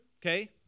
okay